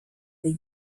the